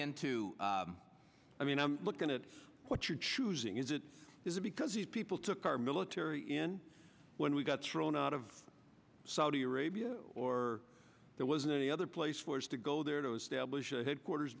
into i mean i'm looking at what you're choosing is it is it because the people took our military in when we got thrown out of saudi arabia or there wasn't any other place for us to go there to establish a headquarters